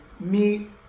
meet